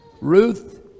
Ruth